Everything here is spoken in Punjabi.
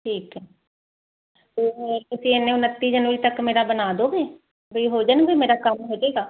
ਠੀਕ ਐ ਤੁਸੀਂ ਇਨੇ ਉਣੱਤੀ ਜਨਵਰੀ ਤੱਕ ਮੇਰਾ ਬਣਾ ਦੋਗੇ ਬਈ ਹੋ ਜਾਣਗੇ ਮੇਰਾ ਕੰਮ ਹੋ ਜਾਏਗਾ